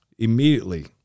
Immediately